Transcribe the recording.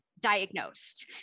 diagnosed